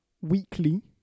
weekly